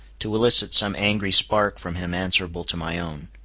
to elicit some angry spark from him answerable to my own.